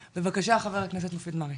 בבקשה, חבר הכנסת מופיד מרעי.